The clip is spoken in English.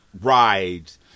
rides